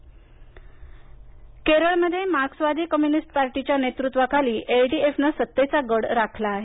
केरळ केरळमध्ये मार्क्सवादी कम्युनिस्ट पार्टीच्या नेतृत्वाखाली एल डी एफ नं सत्तेचा गड राखला आहे